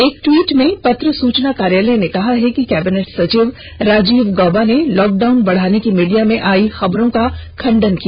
एक ट्वीट में पत्र सूचना कार्यालय ने कहा है कि कैबिनेट संचिव राजीव गॉबा ने लॉकडाउन बढाने की मीडिया में आई खबरों का खंडन किया